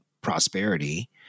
prosperity